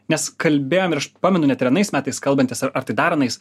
nes kalbėjom ir aš pamenu net ir anais metais kalbantis ar ar tai dar anais